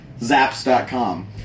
zaps.com